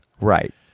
Right